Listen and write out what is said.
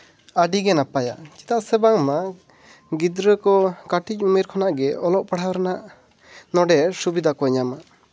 ᱟᱹᱰᱤᱜᱮ ᱱᱟᱯᱟᱭᱟ ᱪᱮᱫᱟᱜ ᱥᱮ ᱵᱟᱝᱢᱟ ᱜᱤᱫᱽᱨᱟᱹ ᱠᱚ ᱠᱟᱹᱴᱤᱡ ᱩᱢᱮᱨ ᱠᱷᱚᱱᱟᱜ ᱜᱮ ᱚᱞᱚᱜ ᱯᱟᱲᱦᱟᱣ ᱨᱮᱱᱟᱜ ᱱᱚᱰᱮ ᱥᱩᱵᱤᱫᱷᱟ ᱠᱚ ᱧᱟᱢᱟ